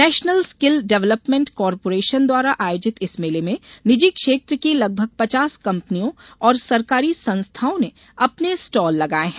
national Skill Development Corporation द्वारा आयोजित इस मेले में निजी क्षेत्र की लगभग पचास कंपनियों और सरकारी संस्थाएं ने अपने स्टाल लगाये है